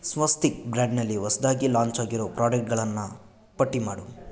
ಸ್ವಸ್ತಿಕ್ ಬ್ರಾಂಡ್ನಲ್ಲಿ ಹೊಸ್ದಾಗಿ ಲಾಂಚಾಗಿರೋ ಪ್ರಾಡಕ್ಟ್ಗಳನ್ನು ಪಟ್ಟಿ ಮಾಡು